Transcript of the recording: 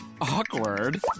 Awkward